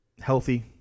healthy